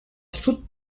sud